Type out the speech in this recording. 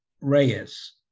Reyes